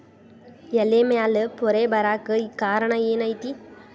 ಎಲೆ ಮ್ಯಾಲ್ ಪೊರೆ ಬರಾಕ್ ಕಾರಣ ಏನು ಐತಿ?